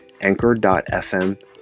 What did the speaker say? anchor.fm